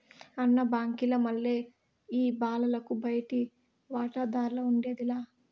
అన్న, బాంకీల మల్లె ఈ బాలలకు బయటి వాటాదార్లఉండేది లా